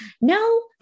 no